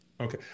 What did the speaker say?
Okay